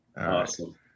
Awesome